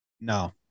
No